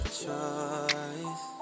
choice